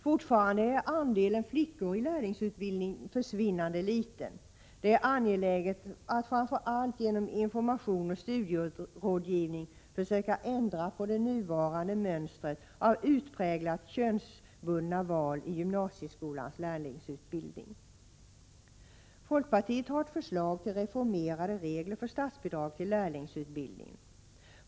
Fortfarande är andelen flickor i lärlingsutbildningen försvinnande liten. Det är angeläget att framför allt genom information och studierådgivning försöka ändra det nuvarande mönstret av utpräglat könsbundna val i gymnasieskolans lärlingsutbildning. Folkpartiet har ett förslag till reformerade regler för statsbidrag till lärlingsutbildningen.